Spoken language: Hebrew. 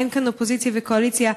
אין כאן אופוזיציה וקואליציה.